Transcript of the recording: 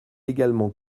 également